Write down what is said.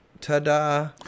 ta-da